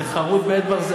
זה חרוט בעט ברזל.